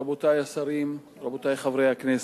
רבותי השרים, רבותי חברי הכנסת,